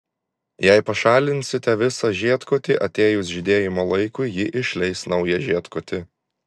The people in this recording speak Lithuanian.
jei pašalinsite visą žiedkotį atėjus žydėjimo laikui ji išleis naują žiedkotį